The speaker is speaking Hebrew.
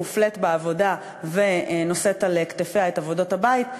מופלית בעבודה ונושאת על כתפיה את עבודות הבית,